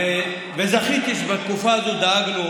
וזכיתי שבתקופה הזאת דאגנו,